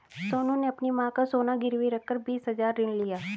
सोनू ने अपनी मां का सोना गिरवी रखकर बीस हजार ऋण लिया